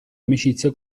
amicizia